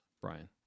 Brian